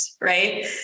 right